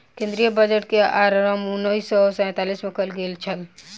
केंद्रीय बजट के आरम्भ उन्नैस सौ सैंतालीस मे कयल गेल छल